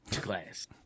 glass